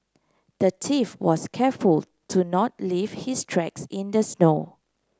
the thief was careful to not leave his tracks in the snow